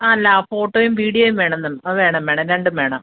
അല്ല ഫോട്ടോയും വീഡിയോയും വേണം വേണം വേണം രണ്ടും വേണം